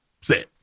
set